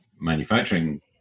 manufacturing